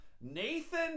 Nathan